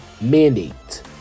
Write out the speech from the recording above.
mandate